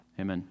Amen